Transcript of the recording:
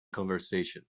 conversation